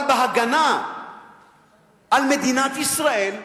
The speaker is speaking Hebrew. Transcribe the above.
אבל בהגנה על מדינת ישראל,